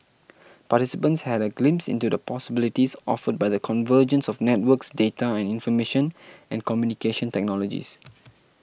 participants had a glimpse into the possibilities offered by the convergence of networks data and information and communication technologies